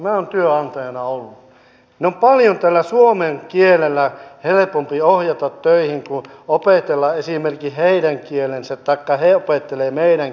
ei kai tämä näin tapahdu että kun tehtäviä vähenee niin rahat vähenevät ensin ennen kuin tehtävät vasta oikeasti vähenevät